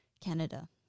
Canada